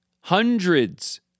hundreds